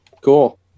Cool